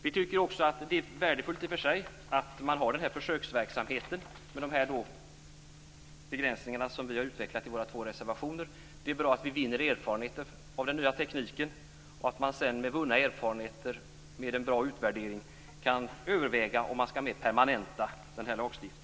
Vi tycker också att det i och för sig är värdefullt att ha den här försöksverksamheten, med de begränsningar som vi har utvecklat i våra två reservationer. Det är bra att vi vinner erfarenheter av den nya tekniken och att man sedan utifrån vunna erfarenheter och med en bra utvärdering kan överväga om den här lagstiftningen mera skall permanentas. Fru talman!